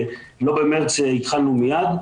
לא התחלנו במארס מיד.